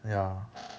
ya